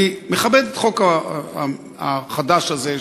אני מכבד את החוק החדש הזה,